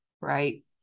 Right